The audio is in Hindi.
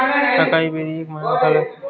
अकाई बेरी एक महंगा फल है